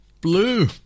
blue